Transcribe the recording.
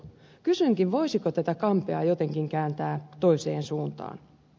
kysynkin voisiko tätä kampea jotenkin kääntää toiseen suuntaan